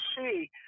see